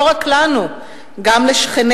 לא רק לנו, גם לשכנינו.